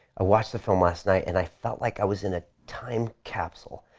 watched the film last night and i felt like i was in a time capsule.